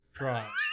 Right